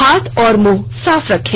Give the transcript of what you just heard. हाथ और मुंह साफ रखें